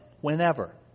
whenever